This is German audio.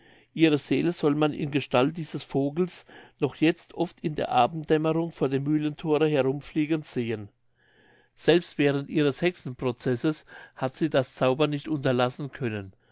ihre seele soll man in gestalt dieses vogels noch jetzt oft in der abenddämmerung vor dem mühlenthore herumfliegen sehen selbst während ihres hexenprozesses hat sie das zaubern nicht unterlassen können